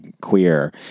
queer